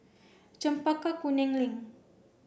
Chempaka Kuning Link